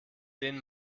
denen